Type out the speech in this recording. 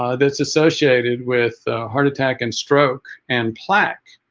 ah that's associated with heart attack and stroke and plaque